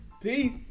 Peace